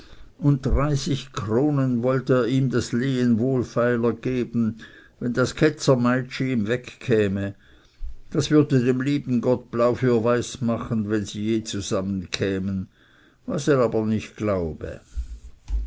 und dreißig kronen wollte er ihm das lehen wohlfeiler geben wenn das ketzer meitschi ihm wegkäme das würde dem lieben gott blau für weiß machen wenn sie je zusammenkämen was er aber nicht glaube